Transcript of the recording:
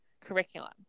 curriculum